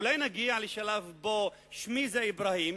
אולי נגיע לשלב שבו אני, ששמי אברהים,